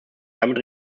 damit